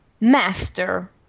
Master